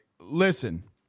Listen